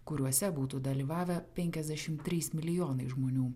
kuriuose būtų dalyvavę penkiasdešim trys milijonai žmonių